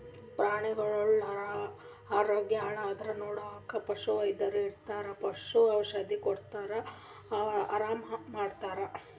ಪ್ರಾಣಿಗಳ್ ಆರೋಗ್ಯ ಹಾಳಾದ್ರ್ ನೋಡಕ್ಕ್ ಪಶುವೈದ್ಯರ್ ಇರ್ತರ್ ಪಶು ಔಷಧಿ ಕೊಟ್ಟ್ ಆರಾಮ್ ಮಾಡ್ತರ್